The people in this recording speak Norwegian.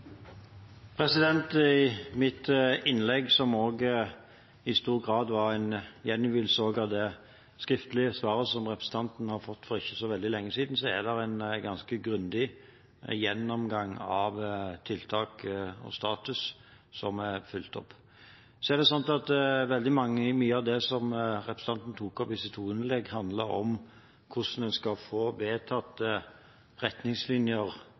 no. I mitt innlegg, som i stor grad var en gjengivelse av det skriftlige svaret som representanten har fått for ikke så veldig lenge siden, er det en ganske grundig gjennomgang av tiltak og status som er fulgt opp. Veldig mye av det som representanten tok opp i sitt hovedinnlegg, handlet om hvordan man skal få vedtatte retningslinjer